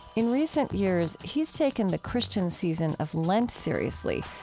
in recent years, he's taken the christian season of lent seriously,